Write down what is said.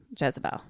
Jezebel